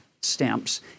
stamps